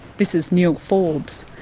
this is neil forbes,